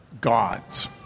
gods